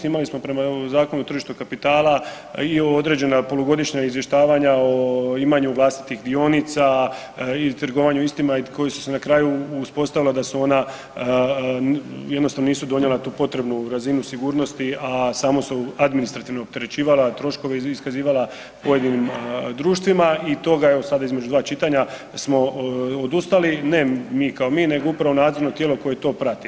Imali smo prema Zakonu o tržištu kapitala i određena polugodišnja izvještavanja o imanju vlastitih dionica i trgovanju istima i koji su se na kraju uspostavilo da su ona, jednostavno nisu donijela tu potrebnu razinu sigurnosti, a samo su administrativno opterećivala, a troškove iskazivala pojedinim društvima im od toga evo sada između dva čitanja smo odustali ne mi kao mi nego upravo nadzorno tijelo koje to prati.